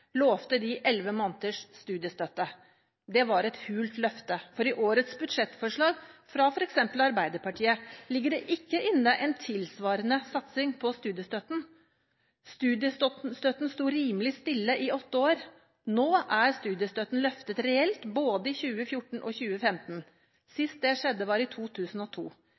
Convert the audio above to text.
lovte de elleve måneders studiestøtte. Det var et hult løfte, for i årets budsjettforslag – fra f.eks. Arbeiderpartiet – ligger det ikke inne en tilsvarende satsing på studiestøtten. Studiestøtten sto rimelig stille i åtte år. Nå er studiestøtten løftet reelt, både i 2014 og i 2015. Sist det skjedde, var i 2002.